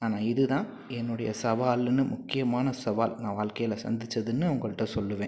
ஆனால் இதுதான் என்னுடைய சவால்னு முக்கியமான சவால் நான் வாழ்க்கையில் சந்திச்சதுனு உங்கள்கிட்ட சொல்லுவேன்